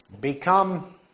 become